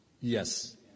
Yes